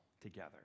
together